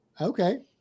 Okay